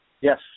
Yes